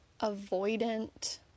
avoidant